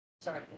Sorry